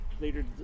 later